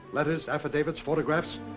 letters, affidavits, photographs.